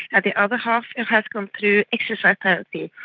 and the other half and has gone through exercise therapy.